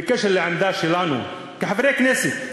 בקשר לעמדה שלנו כחברי הכנסת.